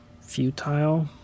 futile